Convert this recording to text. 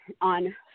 on